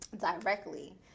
directly